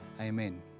Amen